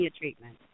treatment